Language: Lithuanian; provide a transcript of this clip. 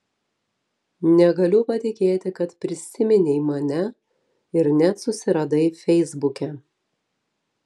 negaliu patikėti kad prisiminei mane ir net susiradai feisbuke